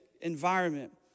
environment